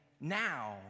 now